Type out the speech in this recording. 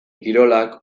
kirolak